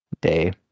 day